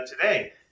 today